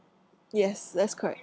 yes that's correct